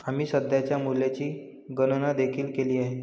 आम्ही सध्याच्या मूल्याची गणना देखील केली आहे